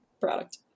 product